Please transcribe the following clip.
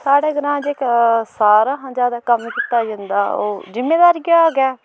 साढ़ा ग्रांऽ जेह्का सारें शा ज्यादा कम्म कीता जंदा ऐ ओह् जिमींदारी दा गै ऐ